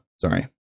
sorry